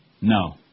No